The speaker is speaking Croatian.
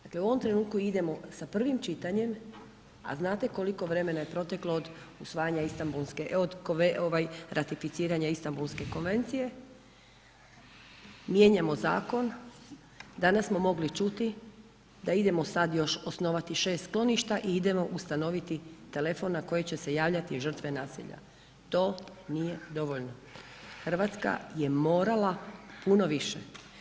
Dakle, u ovom trenutku idemo sa prvim čitanjem, a znate koliko je vremena proteklo od usvajanja Istambulske, od ratificiranja Istambulske konvencije, mijenjamo zakon, danas smo mogli čuti da idemo sad još osnovati 6 skloništa i idemo ustanoviti telefon na koji će se javljati žrtve nasilja, to nije dovoljno, RH je morala puno više.